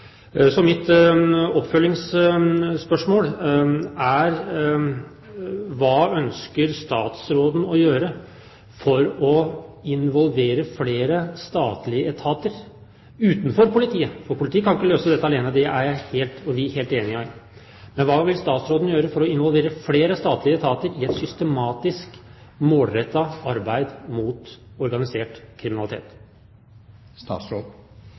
Så mitt oppfølgingsspørsmål er: Hva ønsker statsråden å gjøre for å involvere flere statlige etater utenfor politiet? For politiet kan ikke løse dette alene, det er vi helt enige om. Men hva vil statsråden gjøre for å involvere flere statlige etater i et systematisk, målrettet arbeid mot organisert kriminalitet?